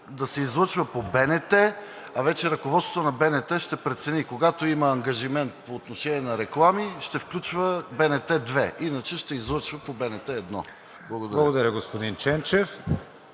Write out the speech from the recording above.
да се излъчва по БНТ, а вече ръководството на БНТ ще прецени. Когато има ангажимент по отношение на реклами, ще включва БНТ 2, иначе ще излъчва по БНТ 1. Благодаря.